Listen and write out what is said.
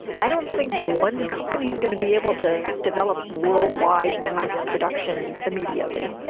i don't think one company is going to be able to develop worldwide mass production immediately.